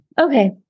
okay